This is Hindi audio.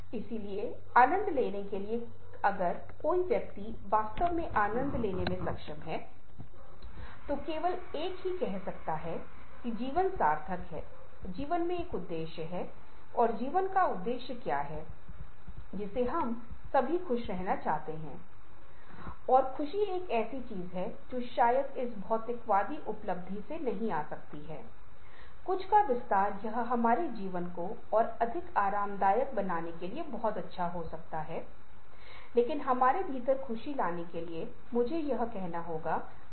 अब इस वार्ता के अंत की ओर जैसा कि मैंने आपके साथ साझा किया तथ्य यह है कि ग्रंथ और चित्र पूरक हैं और वे एक दूसरे को प्रभावित कर सकते हैं एक ऐसी चीज है जो आपके साथ साझा करके एक कदम और आगे ले जाएगी बहुत सरल प्रयोग जो हमने आई ट्रैकर का उपयोग करके किया